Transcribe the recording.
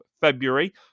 February